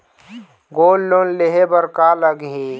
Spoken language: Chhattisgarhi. गोल्ड लोन लेहे बर का लगही?